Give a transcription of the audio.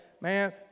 man